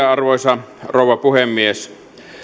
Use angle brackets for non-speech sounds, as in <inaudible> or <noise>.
<unintelligible> arvoisa rouva puhemies